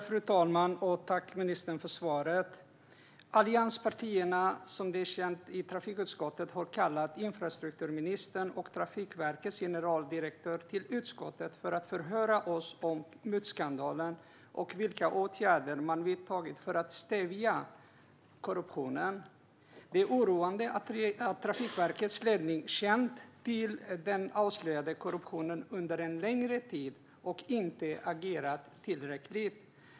Fru talman! Jag tackar ministern för svaret. Allianspartierna i trafikutskottet har kallat infrastrukturministern och Trafikverkets generaldirektör till utskottet för att förhöra sig om mutskandalen och vilka åtgärder man har vidtagit för att stävja korruptionen. Det är oroande att Trafikverkets ledning känt till den avslöjade korruptionen under längre tid och inte agerat tillräckligt.